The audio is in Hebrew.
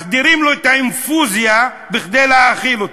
מחדירים לו את האינפוזיה כדי להאכיל אותו.